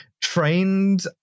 trained